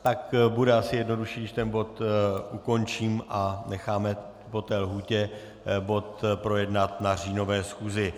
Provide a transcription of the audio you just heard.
Tak bude asi jednodušší, když ten bod ukončím a necháme po té lhůtě bod projednat na říjnové schůzi.